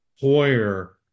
Hoyer